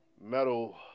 metal